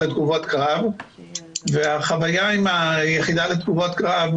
לתגובות קרב והחוויה עם היחידה לתגובות קרב,